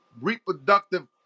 reproductive